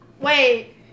Wait